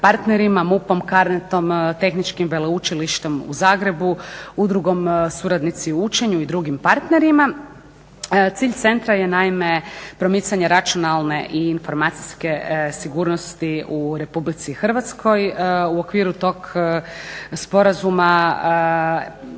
partnerima, MUP-om, CARNET-om, Tehničkim veleučilištem u Zagrebu, Udrugom suradnici u učenju i drugim partnerima. Cilj centra je naime promicanje računalne i informacijske sigurnosti u Republici Hrvatskoj. U okviru tog sporazuma